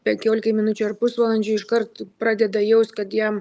penkiolikai minučių ar pusvalandžiui iškart pradeda jaust kad jam